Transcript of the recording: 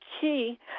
key